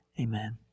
Amen